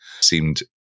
seemed